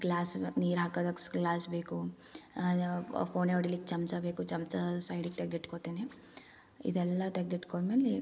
glass ನೀರಾಕೋದಕ್ಕೆ glass ಬೇಕು ಅಲ್ಲೆ ಫೋನೆ ಹೊಡಿಲಿಕ್ಕೆ ಚಮಚ ಬೇಕು ಚಮಚ ಸೈಡಿಗೆ ತೆಗ್ದಿಟ್ಕೋತಿನಿ ಇದೆಲ್ಲ ತೆಗ್ದಿಟ್ಕೊಂಡ್ಮೇಲೆ